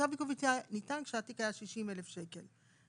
צו עיכוב יציאה ניתן כשהתיק היה 60,000 שקל,